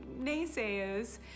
naysayers